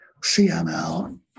CML